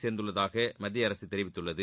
சேர்ந்துள்ளதாக மத்திய அரசு தெரிவித்துள்ளது